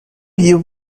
you